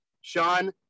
Sean